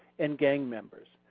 and gang members.